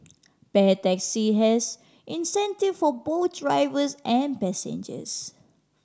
Pair Taxi has incentive for both drivers and passengers